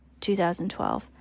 2012